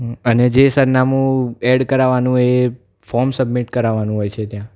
હં અને જે સરનામું એડ કરાવવાનું એ ફોર્મ સબમીટ કરાવવાનું હોય છે ત્યાં